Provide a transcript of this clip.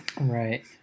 right